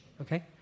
okay